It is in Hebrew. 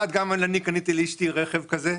ראשית, גם אני קניתי לאשתי רכב כזה.